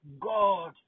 God